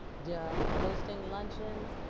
um hosting luncheons,